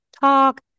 talk